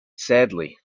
sadly